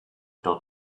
dot